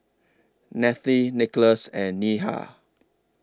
Nathalie Nicolas and Neha